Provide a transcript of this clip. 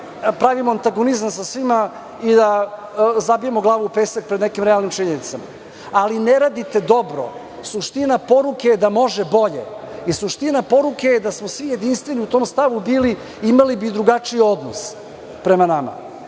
pravimo antagonizam sa svima i da zabijemo glavu u pesak pred nekim realnim činjenicama. Ali ne radite dobro. Suština poruke je da može bolje i suština poruke je da smo svi jedinstveni u tom stavu bili, imali bi drugačiji odnos prema nama.